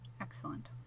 excellent